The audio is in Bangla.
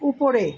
উপরে